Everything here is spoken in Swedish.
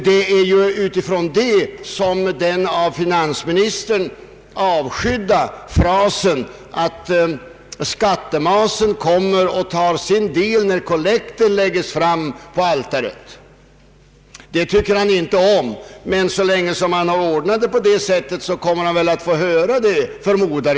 Det är på grund av den avgiften som den av finansministern avskydda frasen har uppkommit, att skattmasen kommer och tar sin del när kollekten lägges fram på altaret. Men så länge det är ordnat på det sättet förmodar jag att han kommer att få höra den frasen.